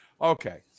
Okay